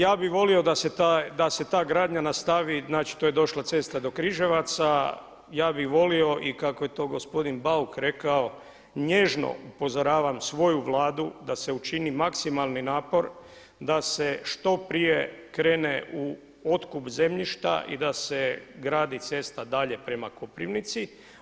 Ja bi volio da se ta gradnja nastavi, znači to je došla ceste do Križevaca, ja bi volio i kako je to gospodin Bauk rekao, nježno upozoravam svoju Vladu da se učini maksimalni napor da se što prije krene u otkup zemljišta i da se gradi cesta dalje prema Koprivnici.